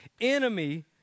enemy